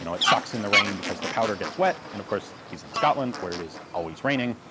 you know it sucks in the rain because the powder gets wet, and of course he's in scotland where it is always raining.